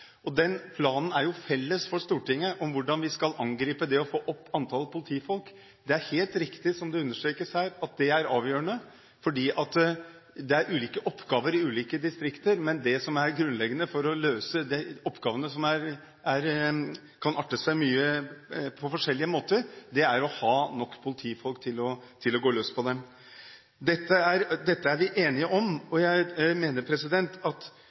felles plan om hvordan vi skal angripe dette for å få opp antallet politifolk. Det er helt riktig, som det understrekes her, at det er avgjørende, for det er ulike oppgaver i ulike distrikter. Men det som er grunnleggende for å løse oppgavene, som kan arte seg på forskjellige måter, er å ha nok politifolk til å gå løs på dem. Dette er vi enige om, og jeg mener at vi også bør kunne innrømme såpass at